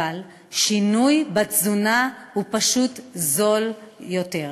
אבל שינוי בתזונה הוא פשוט זול יותר.